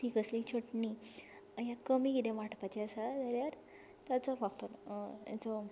ती कसलीय चटणी वा कमी कितेंय वांटपाचें आसा जाल्यार ताचो वापर हाजो